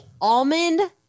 almond